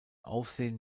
aufsehen